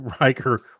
Riker